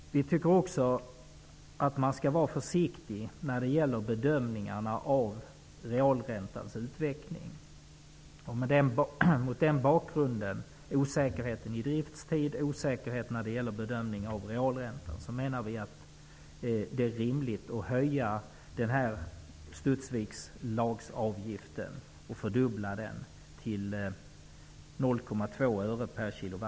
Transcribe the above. Vi tycker att man skall vara försiktig i bedömningarna av realräntans utveckling. Mot bakgrund av osäkerheten i driftstid och osäkerheten i bedömningen av utvecklingen av realräntan, menar vi att det är rimligt att fördubbla